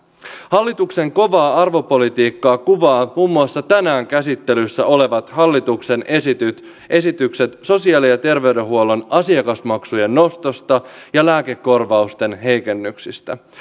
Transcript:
hallituksen kovaa arvopolitiikkaa kuvaavat muun muassa tänään käsittelyssä olevat hallituksen esitykset esitykset sosiaali ja terveydenhuollon asiakasmaksujen nostosta ja lääkekorvausten heikennyksistä